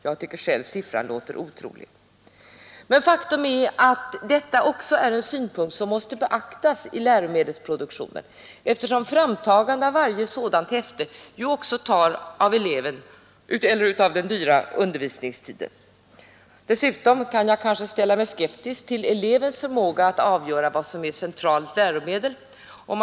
Jag tycker själv att siffran låter otrolig. Men faktum är att detta också är en synpunkt som måste beaktas vid läromedelsproduktionen, eftersom framtagandet av varje sådant häfte tar den dyra undervisningstiden i anspråk. Dessutom kan jag kanske ställa mig skeptisk till elevens förmåga att avgöra vad som är centralt läromedel.